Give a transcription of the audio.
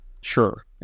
Sure